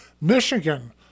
Michigan